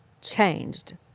changed